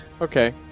Okay